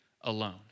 alone